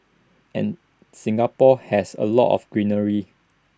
and Singapore has A lot of greenery